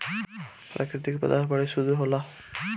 प्रकृति क पदार्थ बड़ी शुद्ध होला